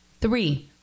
three